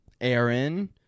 Aaron